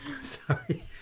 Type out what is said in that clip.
sorry